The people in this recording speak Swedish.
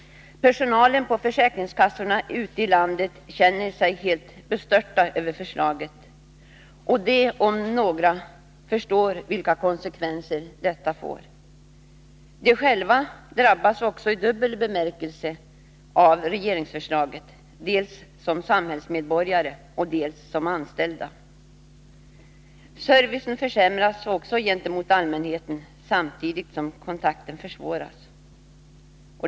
De anställda på försäkringskassorna ute i landet känner sig helt bestörta över förslaget. De om några förstår vilka konsekvenser det får. De själva drabbas också i dubbel bemärkelse av regeringsförslaget — dels som samhällsmedborgare, dels som anställda. Servicen försämras också gentemot allmänheten, samtidigt som kontakten försvåras.